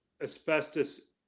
asbestos